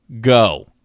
Go